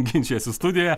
ginčijasi studijoje